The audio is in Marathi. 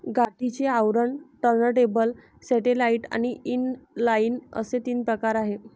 गाठीचे आवरण, टर्नटेबल, सॅटेलाइट आणि इनलाइन असे तीन प्रकार आहे